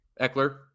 Eckler